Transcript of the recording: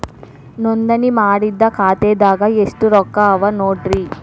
ನೋಂದಣಿ ಮಾಡಿದ್ದ ಖಾತೆದಾಗ್ ಎಷ್ಟು ರೊಕ್ಕಾ ಅವ ನೋಡ್ರಿ